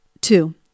Two